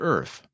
Earth